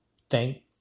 thank